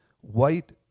white